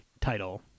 title